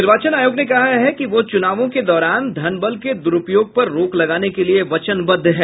निर्वाचन आयोग ने कहा है कि वह चुनावों के दौरान धन बल के दुरूपयोग पर रोक लगाने के लिए वचनबद्ध है